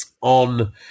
on